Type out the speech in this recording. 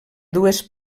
dues